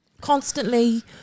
constantly